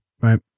Right